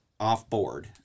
offboard